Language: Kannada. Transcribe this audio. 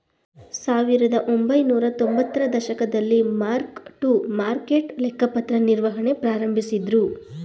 ಸಾವಿರದಒಂಬೈನೂರ ತೊಂಬತ್ತರ ದಶಕದಲ್ಲಿ ಮಾರ್ಕ್ ಟು ಮಾರ್ಕೆಟ್ ಲೆಕ್ಕಪತ್ರ ನಿರ್ವಹಣೆ ಪ್ರಾರಂಭಿಸಿದ್ದ್ರು